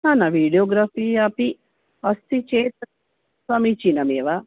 न न वीडियोग्राफ़ी अपि अस्ति चेद् समीचीनमेव